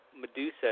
Medusa